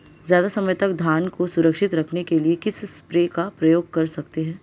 ज़्यादा समय तक धान को सुरक्षित रखने के लिए किस स्प्रे का प्रयोग कर सकते हैं?